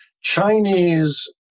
Chinese